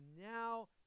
now